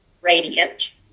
radiant